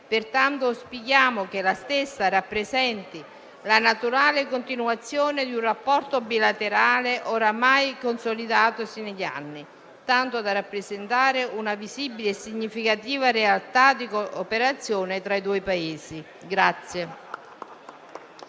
Pertanto auspichiamo che la stessa rappresenti la naturale continuazione di un rapporto bilaterale oramai consolidatosi negli anni, tanto da rappresentare una visibile e significativa realtà di cooperazione tra i due Paesi.